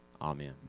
Amen